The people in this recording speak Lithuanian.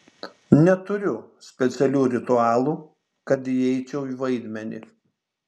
neturiu specialių ritualų kad įeičiau į vaidmenį